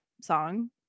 song